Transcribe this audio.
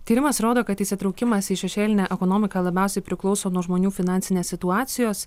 tyrimas rodo kad įsitraukimas į šešėlinę ekonomiką labiausiai priklauso nuo žmonių finansinės situacijos